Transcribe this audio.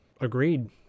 agreed